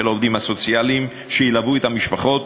העובדים הסוציאליים שילוו את המשפחות.